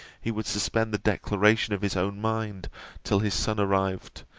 he would suspend the declaration of his own mind till his son arrived,